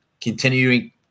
continuing